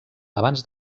abans